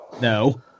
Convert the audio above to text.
No